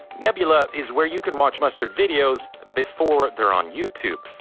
nebula is where you can watch mustard videos before they're on youtube.